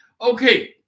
Okay